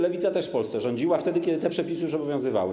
Lewica też w Polsce rządziła, wtedy kiedy te przepisy już obowiązywały.